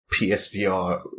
PSVR